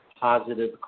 positive